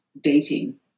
dating